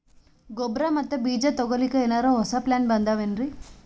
ಗೊಬ್ಬರ ಮತ್ತ ಬೀಜ ತೊಗೊಲಿಕ್ಕ ಎನರೆ ಹೊಸಾ ಪ್ಲಾನ ಬಂದಾವೆನ್ರಿ?